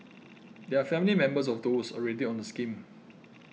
they are family members of those already on the scheme